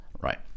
right